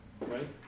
right